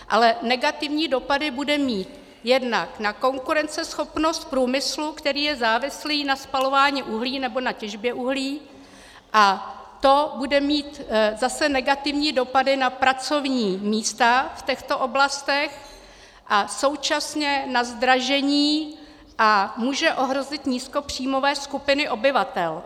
Ale negativní dopady bude mít jednak na konkurenceschopnost v průmyslu, který je závislý na spalování uhlí, nebo na těžbě uhlí, a to bude mít zase negativní dopady na pracovní místa v těchto oblastech a současně na zdražení a může ohrozit nízkopříjmové skupiny obyvatel.